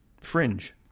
Fringe